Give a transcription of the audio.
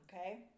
Okay